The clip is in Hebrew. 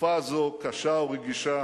בתקופה זו, קשה ורגישה,